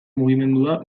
mugimendua